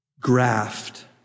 graft